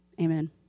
amen